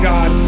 God